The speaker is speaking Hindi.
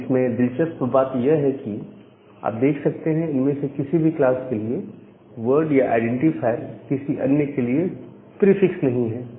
अब इसमें दिलचस्प बात यह है कि आप देख सकते हैं इनमें से किसी भी क्लास के लिए वर्ड या आईडेंटिफायर किसी अन्य के लिए फ्री फिक्स नहीं है